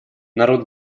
народ